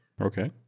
Okay